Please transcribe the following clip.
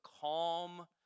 calm